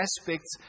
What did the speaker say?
aspects